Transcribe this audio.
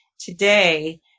Today